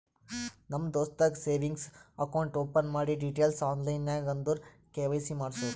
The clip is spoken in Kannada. ನಮ್ ದೋಸ್ತಗ್ ಸೇವಿಂಗ್ಸ್ ಅಕೌಂಟ್ ಓಪನ್ ಮಾಡಿ ಡೀಟೈಲ್ಸ್ ಆನ್ಲೈನ್ ನಾಗ್ ಅಂದುರ್ ಕೆ.ವೈ.ಸಿ ಮಾಡ್ಸುರು